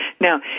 Now